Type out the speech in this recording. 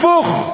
הפוך,